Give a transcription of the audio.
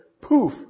poof